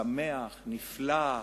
שמח, נפלא,